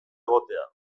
egotea